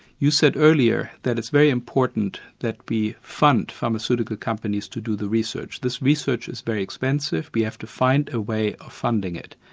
you said earlier that it's very important that we fund pharmaceutical companies to do the research. this research is very expensive, we have to find a way of funding it.